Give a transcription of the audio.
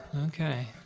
Okay